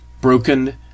broken